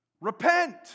Repent